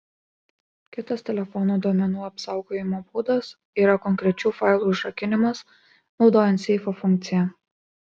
kitas telefono duomenų apsaugojimo būdas yra konkrečių failų užrakinimas naudojant seifo funkciją